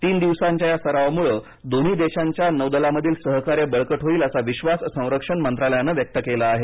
तीन दिवसांच्या या सरावामुळे दोन्ही देशांच्या नौदलामधील सहकार्य बळकट होईल असा विश्वास संरक्षण मंत्रालयाने व्यक्त केला आहे